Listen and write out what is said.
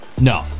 No